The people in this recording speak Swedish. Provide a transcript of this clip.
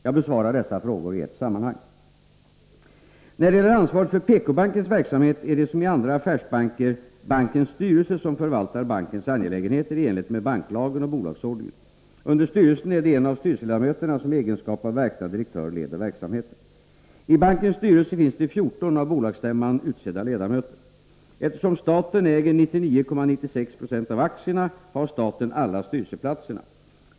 Jag besvarar dessa frågor i ett sammanhang. När det gäller ansvaret för PK-bankens verksamhet är det som i andra affärsbanker bankens styrelse som förvaltar bankens angelägenheter i enlighet med banklagen och bolagsordningen. Under styrelsen är det en av styrelseledamöterna som i egenskap av verkställande direktör leder verksamheten. I bankens styrelse finns det 14 av bolagsstämman utsedda ledamöter. Eftersom staten äger 99,96 26 av aktierna har staten alla styrelseplatserna.